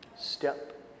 Step